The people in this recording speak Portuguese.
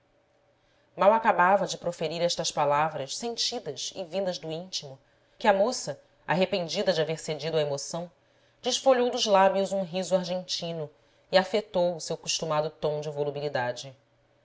mal acabava de proferir estas palavras sentidas e vindas do íntimo que a moça arrependida de haver cedido à emoção desfolhou dos lábios um riso argentino e afetou o seu costumado tom de